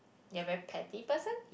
get very petty person